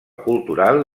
cultural